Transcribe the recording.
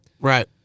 Right